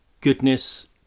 goodness